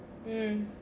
mm